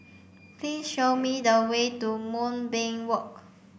please show me the way to Moonbeam Walk